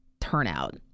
turnout